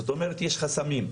זאת אומרת, יש חסמים.